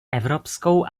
evropskou